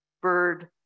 bird